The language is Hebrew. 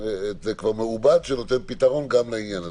תביאו לנו נוסח שנותן פתרון לעניין הזה.